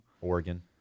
Oregon